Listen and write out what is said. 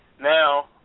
Now